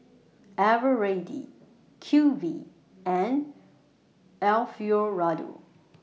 Eveready Q V and Alfio Raldo